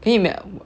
can you ima~